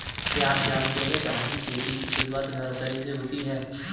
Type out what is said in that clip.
क्या आप जानते है धान की खेती की शुरुआत नर्सरी से होती है?